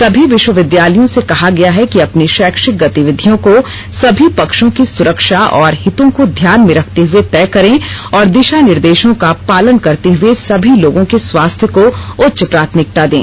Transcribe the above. समी विश्वविद्यालयों से कहा गया है कि अपनी शैक्षिक गतिविधियों को सभी पक्षों की सुरक्षा और हितों को ध्यान में रखते हुए तय करें और दिशा निर्देशों का पालन करते हुए सभी लोगों के स्वास्थ्य को उच्च प्राथमिकता दें